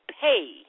pay